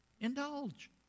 Indulge